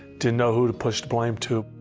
didnt know who to push the blame to.